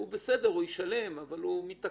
הוא ישלם, אבל הוא מתעכב.